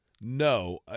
no